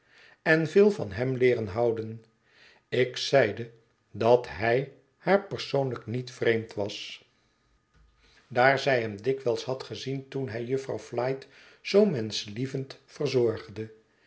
en veel van hem leeren houden ik zeide dat hij haar persoonlijk niet vreemd was daar zg hem dikwijls had gezien toen hij jufvrouw flite zoo menschlievend verzorgde